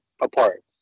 apart